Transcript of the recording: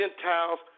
Gentiles